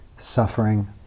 suffering